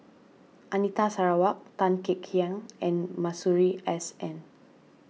Anita Sarawak Tan Kek Hiang and Masuri S N